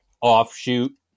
offshoot